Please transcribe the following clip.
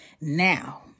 now